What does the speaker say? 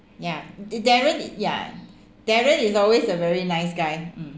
ya d~ darren yeah darren is always a very nice guy mm